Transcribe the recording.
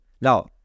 Now